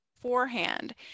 forehand